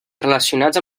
relacionats